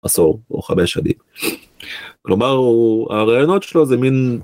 עשור או חמש שנים כלומר הוא הרעיונות שלו זה מן.